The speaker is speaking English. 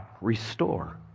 restore